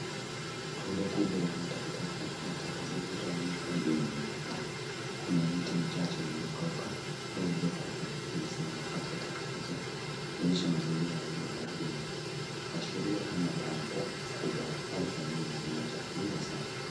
Rundo kubwa la takataka na taka zilizotawanyika juu ya eneo kubwa. Kuna miti michache iliyokauka au iliyokufa, imesimama kati ya taka hizo, ikionyesha mazingira yaliyoharibiwa. Yaashiria kama dampu kubwa au eneo lililochafuliwa sana.